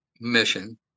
mission